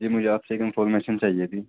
جی مجھے آپ سے ایک انفارمیشن چاہیے تھی